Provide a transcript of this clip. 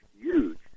huge